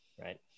right